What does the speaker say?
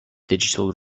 digital